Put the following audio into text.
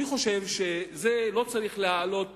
אני חושב שזה לא צריך להעלות